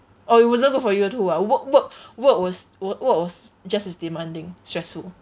oh it wasn't good for you too ah work work work was work was just as demanding stressful